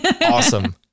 Awesome